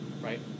right